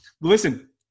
listen